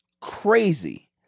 crazy